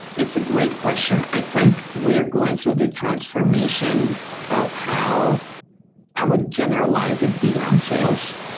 it's a great question. i think we're going through the transformation of how i would generalize it beyond sales.